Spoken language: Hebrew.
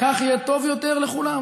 כך יהיה טוב יותר לכולם.